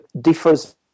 differs